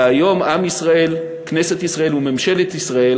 והיום, עם ישראל, כנסת ישראל וממשלת ישראל